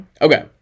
Okay